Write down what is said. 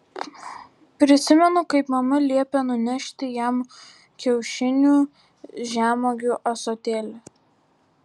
prisimenu kaip mama liepė nunešti jam kiaušinių žemuogių ąsotėlį